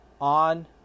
on